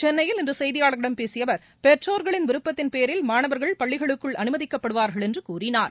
சென்னையில் இன்று செய்தியாளா்களிடம் பேசிய அவா் பெற்றோா்களின் விருப்பத்தின்பேரில் மாணவர்கள் பள்ளிகளுக்குள் அனுமதிக்கப்படுவார்கள் என்று கூறினார்